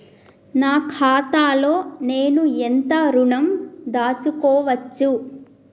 నా ఖాతాలో నేను ఎంత ఋణం దాచుకోవచ్చు?